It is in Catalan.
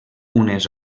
unes